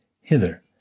hither